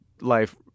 life